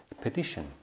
petition